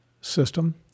system